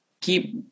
keep